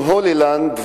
עם "הולילנד",